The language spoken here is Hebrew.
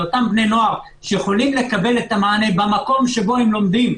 לאותם בני נוער שיכולים לקבל את המענה במקום שבו הם לומדים,